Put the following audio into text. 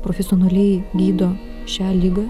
profesionaliai gydo šią ligą